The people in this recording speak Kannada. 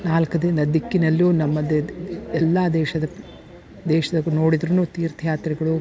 ನಾಲ್ಕು ದಿನ ದಿಕ್ಕಿನಲ್ಲೂ ನಮ್ಮದು ಎಲ್ಲ ದೇಶದ ದೇಶದಾಗ ನೋಡಿದ್ರೂನೂ ತೀರ್ಥ ಯಾತ್ರೆಗಳು